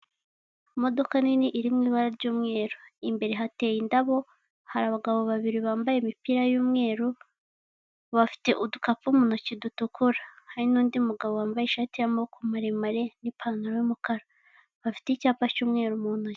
Imodoka nini iri mu ibara ry'umweru, imbere hateye indabo, hari abagabo babiri bambaye imipira y'umweru. Bafite udukapu mu ntoki dutukura, hari n'undi mugabo wambaye ishati y'amaboko maremare n'ipantaro y'umukara, bafite icyapa cy'umweru mu ntoki.